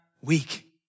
weak